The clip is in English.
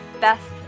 best